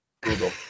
Google